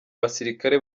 basirikare